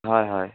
হয় হয়